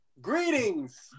Greetings